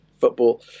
football